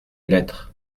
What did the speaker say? lettre